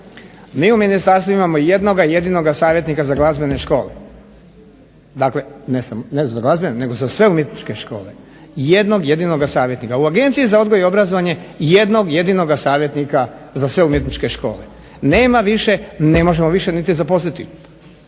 mi u ministarstvu imamo jednoga jedinoga savjetnika za glazbene škole. Dakle, ne za glazbene nego za sve umjetničke škole, jednog jedinoga savjetnika. U Agenciji za odgoj i obrazovanje jednog jedinoga savjetnika za sve umjetničke škole. Nema više, ne možemo više niti zaposliti,